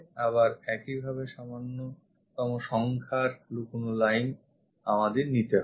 আবার একইভাবে সামান্যতম সংখ্যার লুকোনো line আমাদের নিতে হবে